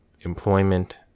Employment